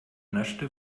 naschte